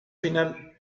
final